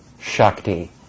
shakti